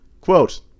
Quote